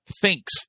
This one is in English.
thinks